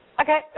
Okay